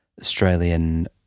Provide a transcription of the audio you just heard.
Australian